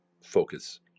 focus